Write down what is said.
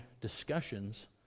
discussions